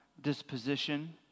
disposition